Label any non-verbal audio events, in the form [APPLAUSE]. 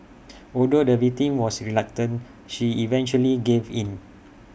[NOISE] although the victim was reluctant she eventually gave in